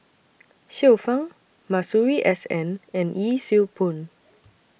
Xiu Fang Masuri S N and Yee Siew Pun